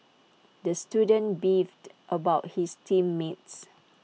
the student beefed about his team mates